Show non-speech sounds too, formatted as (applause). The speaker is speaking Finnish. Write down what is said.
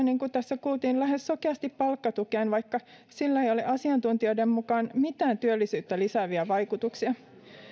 (unintelligible) niin kuin tässä kuultiin hallitus luottaa lähes sokeasti palkkatukeen vaikka (unintelligible) (unintelligible) sillä ei ole asiantuntijoiden mukaan mitään työllisyyttä lisääviä vaikutuksia (unintelligible)